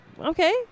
Okay